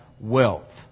wealth